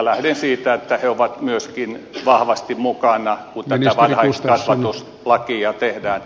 lähden siitä että he ovat myöskin vahvasti mukana kun tätä varhaiskasvatuslakia tehdään